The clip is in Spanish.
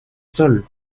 sol